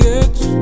edge